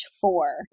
four